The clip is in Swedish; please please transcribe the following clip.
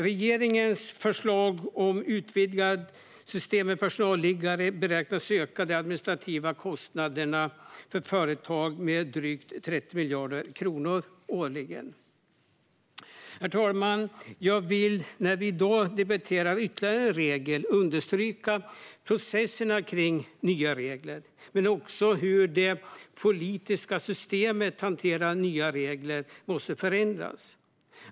Regeringens förslag om ett utvidgat personalliggarsystem beräknas öka de administrativa kostnaderna för företag med drygt 30 miljoner kronor årligen. Herr talman! När vi i dag debatterar ytterligare regler vill jag understryka processerna kring nya regler men också hur det politiska system som hanterar nya regler måste förändras.